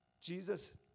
Jesus